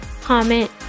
comment